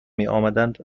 میآمدند